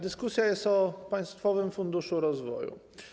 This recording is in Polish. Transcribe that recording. Dyskutujemy o państwowym funduszu rozwoju.